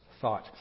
thought